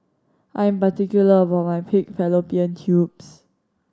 I am particular about my pig fallopian tubes